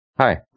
Hi